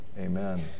Amen